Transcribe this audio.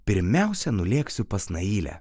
pirmiausia nulėksiu pas nailę